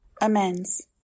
Amends